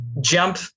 jump